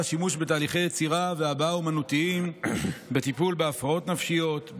שימוש בתהליכי יצירה והבעה אומנותיים בטיפול בהפרעות נפשיות,